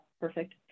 Perfect